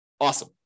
Awesome